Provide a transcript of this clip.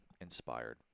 inspired